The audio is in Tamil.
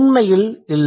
உண்மையில் இல்லை